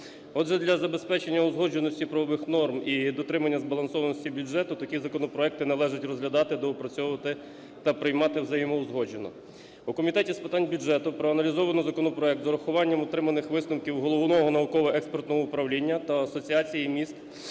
Отже, для забезпечення узгодженості правових норм і дотримання збалансованості бюджету такі законопроекти належить розглядати, доопрацьовувати та приймати взаємоузгоджено. У Комітеті з питань бюджету проаналізовано законопроект з урахуванням отриманих висновків Головного науково-експертного управління та Асоціації міст